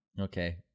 Okay